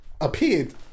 appeared